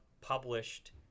published